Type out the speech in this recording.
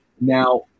Now